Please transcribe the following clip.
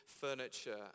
furniture